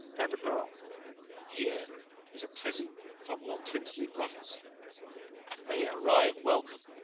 and a bell here is a present from your princely brothers and may it arrive welcome,